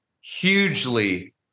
hugely